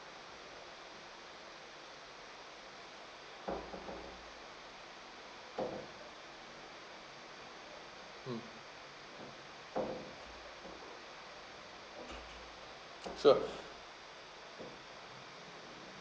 mm sure